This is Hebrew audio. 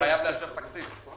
חייב לאשר תקציב.